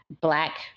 Black